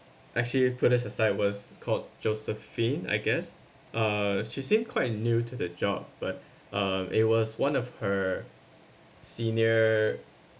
actually put us aside was called josephine I guess uh she seemed quite new to the job but uh it was one of her senior